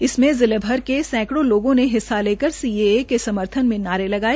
इसमें जिलेभर के सैकड़ों लोगों ने हिस्सा लेकर सीएए के समर्थन में नारे लगाए